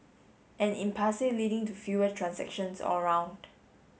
an impasse leading to fewer transactions all round